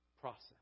process